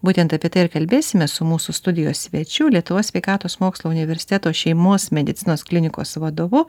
būtent apie tai ir kalbėsime su mūsų studijos svečiu lietuvos sveikatos mokslų universiteto šeimos medicinos klinikos vadovu